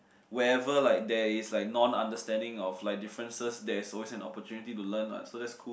whoever like there is like non understanding of like differences that's always an opportunity to learn what so that's cool